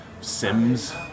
Sims